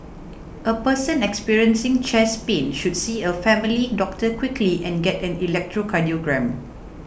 a person experiencing chest pain should see a family doctor quickly and get an electrocardiogram